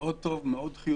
מאוד טוב, מאוד חיוני.